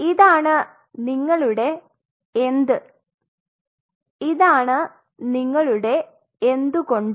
അതിനാൽ ഇതാണ് നിങ്ങളുടെ എന്ത് ഇതാണ് നിങ്ങളുടെ എന്തുകൊണ്ട്